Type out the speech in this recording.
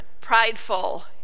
prideful